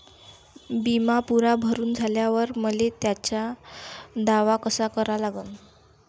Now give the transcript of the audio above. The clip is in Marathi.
बिमा पुरा भरून झाल्यावर मले त्याचा दावा कसा करा लागन?